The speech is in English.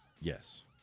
Yes